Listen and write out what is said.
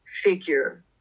figure